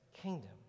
kingdom